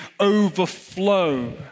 overflow